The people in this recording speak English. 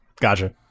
Gotcha